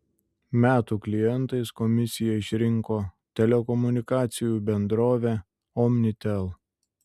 metų klientais komisija išrinko telekomunikacijų bendrovę omnitel